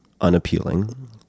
unappealing